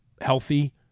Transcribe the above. healthy